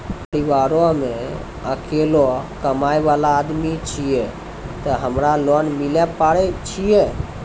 परिवारों मे अकेलो कमाई वाला आदमी छियै ते हमरा लोन मिले पारे छियै?